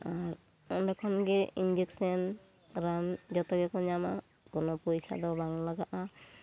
ᱟᱨ ᱚᱸᱰᱮ ᱠᱷᱚᱱ ᱜᱮ ᱤᱱᱡᱮᱠᱥᱮᱱ ᱨᱟᱱ ᱡᱚᱛᱚ ᱜᱮᱠᱚ ᱧᱟᱢᱟ ᱠᱚᱱᱚ ᱯᱚᱭᱥᱟ ᱫᱚ ᱵᱟᱝ ᱞᱟᱜᱟᱜᱼᱟ